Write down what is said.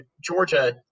Georgia